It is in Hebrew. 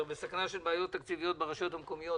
והסכנה של בעיות תקציביות ברשויות המקומיות.